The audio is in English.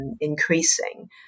increasing